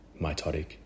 mitotic